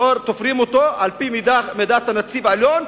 תופרים אותו על-פי מידת הנציב העליון,